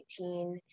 2018